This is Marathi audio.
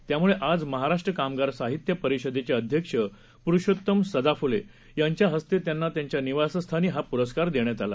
त्यामुळेआजमहाराष्ट्रकामगारसाहित्यपरिषदेचेअध्यक्षपुरुषोत्तमसदाफुलेयांच्याहस्तेत्यांनात्यांच्यानिवासस्थानीहापुरस्कारदेण्यातआला